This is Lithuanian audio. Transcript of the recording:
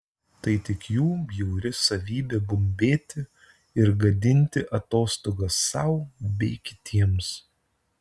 tai tik jų bjauri savybė bumbėti ir gadinti atostogas sau bei kitiems